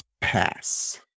pass